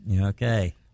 Okay